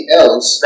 else